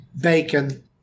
bacon